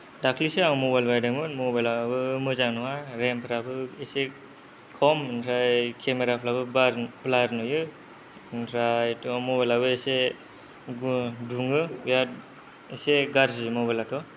दाख्लैसो आं मबाइल बायदोंमोन मबाइलाबो मोजां नङा रेमफोराबो इसे खम ओमफ्राय केमेराफोराबो बार ब्लार नुयो ओमफ्रायथ' मबाइलाबो इसे ग दुङो बिराद इसे गाज्रि मबाइलाथ'